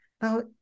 Now